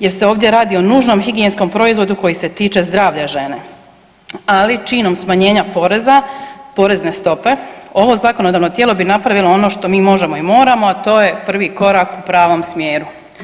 jer se ovdje radi o nužnom higijenskom proizvodu koji se tiče zdravlja žene, ali činom smanjena poreza, porezne stope ovo zakonodavno tijelo bi napravilo ono što mi možemo i moramo, a to je prvi korak u pravom smjeru.